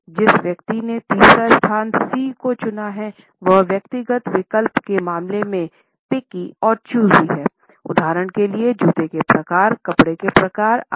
जिस व्यक्ति ने तीसरी स्थिति 'सी' को चुना है वह व्यक्तिगत विकल्प के मामले में पिक्की और चूज़ी है उदाहरण के लिए जूते के प्रकार कपड़े के प्रकार आदि